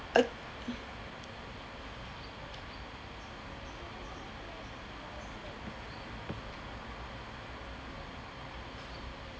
o~